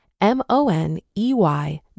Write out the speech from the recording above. M-O-N-E-Y